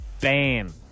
BAM